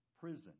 prison